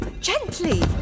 Gently